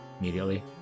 immediately